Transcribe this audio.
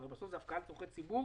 והרי בסוף זה הפקעה לצרכי ציבור.